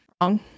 wrong